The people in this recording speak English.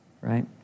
right